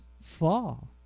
fall